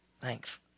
Thanks